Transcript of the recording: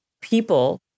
People